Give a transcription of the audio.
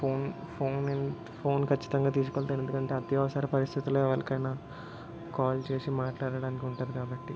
phone phone నేను phone ఖచ్చితంగా తీసుకెళ్తాను ఎందుకంటే అత్యవసర పరిస్థితుల్లో ఎవలికైనా కాల్ చేసి మాట్లాడడానికి ఉంటుంది కాబట్టి